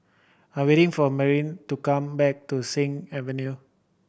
I'm waiting for Mirtie to come back to Sing Avenue